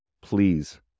Please